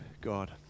God